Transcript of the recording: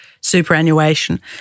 superannuation